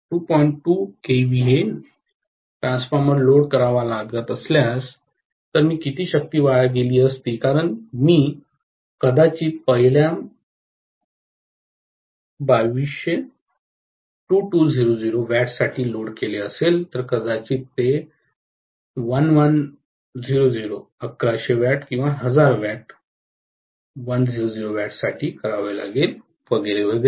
2 KVA transformer load करावा लागला असेल तर किती शक्ती वाया गेली असती कारण मी कदाचित पहिल्या 2200 W साठी लोड केले असेल तर कदाचित ते 1100 W 1000 W साठी करावे लागेल वगैरे वगैरे